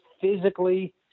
physically